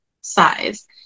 size